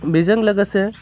बिजों लोगोसे